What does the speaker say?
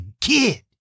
kid